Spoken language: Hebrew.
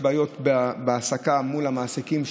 יש בעיות בהעסקה, מול המעסיקים.